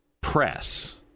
Press